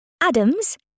Adams